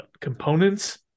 components